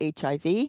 HIV